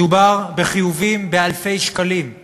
מדובר בחיובים באלפי שקלים,